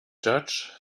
judge